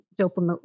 dopamine